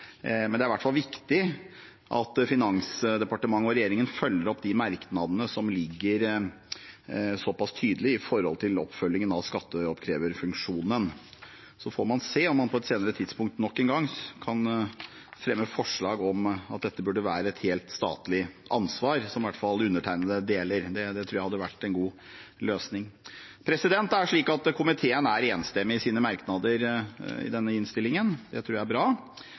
Det er i hvert fall viktig at Finansdepartementet og regjeringen følger opp de merknadene som er så pass tydelige når det gjelder oppfølgingen av skatteoppkreverfunksjonen. Så får man se om man på et senere tidspunkt nok en gang kan fremme forslag om at dette burde være et helt statlig ansvar, som i hvert fall undertegnede mener. Det tror jeg hadde vært en god løsning. Det er slik at komiteen er enstemmig i sine merknader i denne innstillingen. Det tror jeg er bra.